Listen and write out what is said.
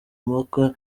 maka